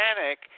Panic